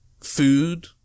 food